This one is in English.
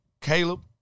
Caleb